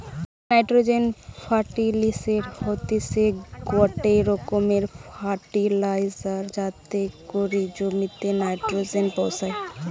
nitrogen ফার্টিলিসের হতিছে গটে রকমের ফার্টিলাইজার যাতে করি জমিতে নাইট্রোজেন পৌঁছায়